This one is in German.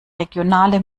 regionale